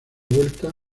vuelta